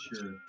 Sure